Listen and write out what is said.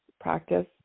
practice